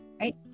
right